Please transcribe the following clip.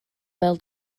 bêl